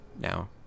now